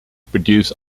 produce